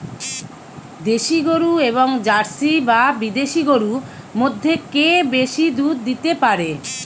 দেশী গরু এবং জার্সি বা বিদেশি গরু মধ্যে কে বেশি দুধ দিতে পারে?